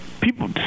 people